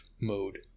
mode